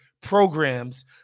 programs